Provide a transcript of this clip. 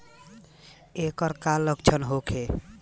ऐकर का लक्षण होखे?